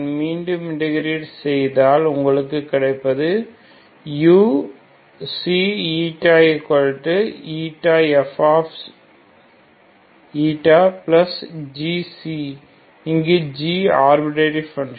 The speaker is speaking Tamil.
மீண்டும் இண்டெகிரேட் செய்ய உங்களுக்கு கிடைப்பதுuξηηfg இங்கு g ஆர்பிர்டரி பன்ஷன்